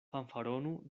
fanfaronu